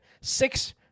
Six